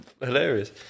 hilarious